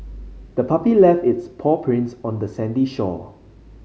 the puppy left its paw prints on the sandy shore